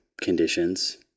conditions